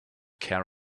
care